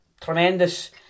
tremendous